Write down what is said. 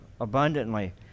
abundantly